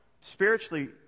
spiritually